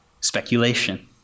speculation